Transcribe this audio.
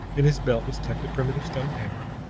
in his belt was tucked a primitive stone hammer,